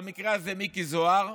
במקרה הזה מיקי זוהר,